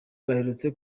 baherutse